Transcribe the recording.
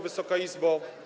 Wysoka Izbo!